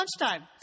lunchtime